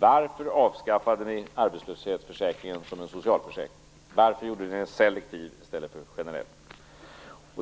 Varför avskaffade ni arbetslöshetsförsäkringen som en socialförsäkring? Varför gjorde ni den selektiv i stället för generell?